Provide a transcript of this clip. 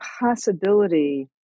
possibility